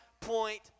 point